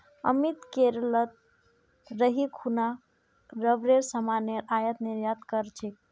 अमित केरलत रही खूना रबरेर सामानेर आयात निर्यात कर छेक